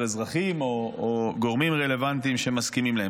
אזרחים או גורמים רלוונטיים שמסכימים להן,